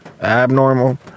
abnormal